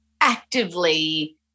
actively